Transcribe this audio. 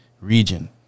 region